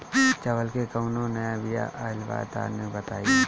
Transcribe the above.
चावल के कउनो नया बिया आइल बा तनि बताइ?